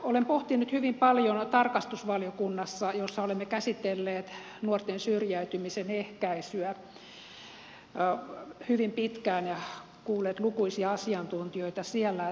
olen pohtinut tätä hyvin paljon tarkastusvaliokunnassa jossa olemme käsitelleet nuorten syrjäytymisen ehkäisyä hyvin pitkään ja kuulleet lukuisia asiantuntijoita siellä